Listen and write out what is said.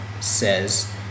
says